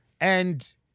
And-